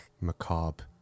macabre